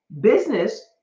business